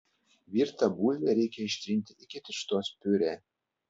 virtą bulvę reikia ištrinti iki tirštos piurė